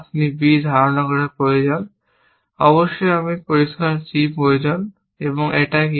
আমি b ধারণ করা প্রয়োজন অবশ্যই আমি পরিষ্কার c প্রয়োজন এবং এটা কি